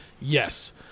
yes